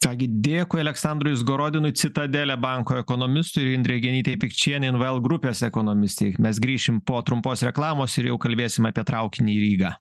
ką gi dėkui aleksandrui izgorodinui citadele banko ekonomistui ir indrei genytei pikčienei invl grupės ekonomistei mes grįšim po trumpos reklamos ir jau kalbėsim apie traukinį į rygą